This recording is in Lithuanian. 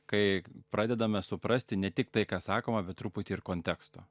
kai pradedame suprasti ne tik tai ką sakoma bet truputį ir konteksto